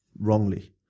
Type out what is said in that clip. wrongly